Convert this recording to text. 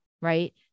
right